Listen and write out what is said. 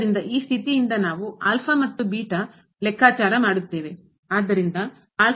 ಆದ್ದರಿಂದ ಈ ಸ್ಥಿತಿಯಿಂದ ನಾವು ಮತ್ತು ಲೆಕ್ಕಾಚಾರ ಮಾಡುತ್ತೇವೆ